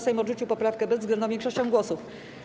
Sejm odrzucił poprawkę bezwzględną większością głosów.